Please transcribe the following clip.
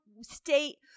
state